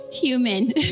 human